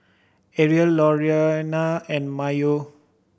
Ariel Lorena and Mayo